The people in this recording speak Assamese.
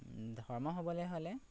ধৰ্ম হ'বলে হ'লে